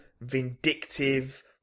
vindictive